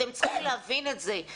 אתם צריכים להבין את זה.